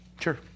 Sure